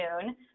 June